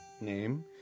name